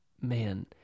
man